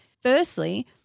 Firstly